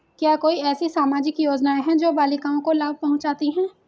क्या ऐसी कोई सामाजिक योजनाएँ हैं जो बालिकाओं को लाभ पहुँचाती हैं?